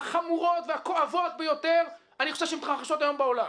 החמורות והכואבות ביותר שמתרחשות היום בעולם,